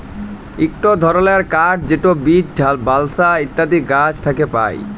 ইকট ধরলের কাঠ যেট বীচ, বালসা ইত্যাদি গাহাচ থ্যাকে পায়